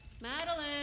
Madeline